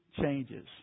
changes